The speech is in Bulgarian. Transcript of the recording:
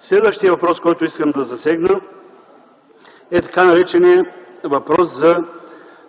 Следващият въпрос, който искам да засегна, е така нареченият въпрос за